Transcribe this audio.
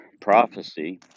Prophecy